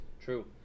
True